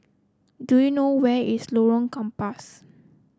do you know where is Lorong Gambas